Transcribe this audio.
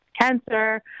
cancer